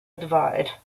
divide